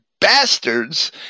bastards